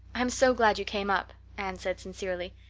i'm so glad you came up, anne said sincerely.